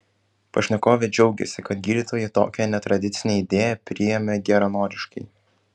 pašnekovė džiaugiasi kad gydytojai tokią netradicinę idėją priėmė geranoriškai